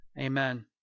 Amen